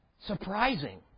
surprising